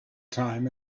time